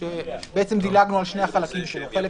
בעצם דילגנו על שני החלקים שלו.